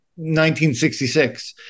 1966